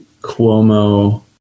cuomo